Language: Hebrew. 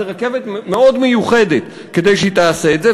זאת רכבת מאוד מיוחדת שתעשה את זה,